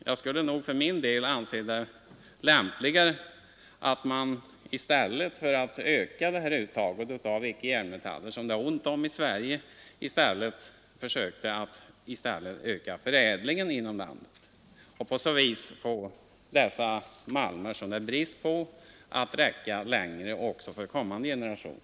Jag skulle anse det lämpligt att ” man — i stället för att öka uttaget av icke-järnmetaller, som det är ont om i Sverige — försökte öka förädlingen inom landet. På så vis skulle dessa malmer, som det råder brist på, kunna räcka också för kommande generationer.